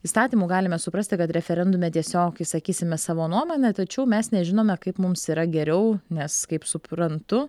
įstatymu galime suprasti kad referendume tiesiog išsakysime savo nuomonę tačiau mes nežinome kaip mums yra geriau nes kaip suprantu